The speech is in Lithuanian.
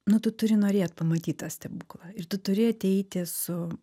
nu tu turi norėt pamatyt tą stebuklą ir tu turi ateiti su